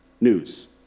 news